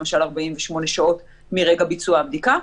למשל 48 שעות מרגע ביצוע הבדיקה,